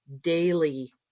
daily